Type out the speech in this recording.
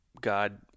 God –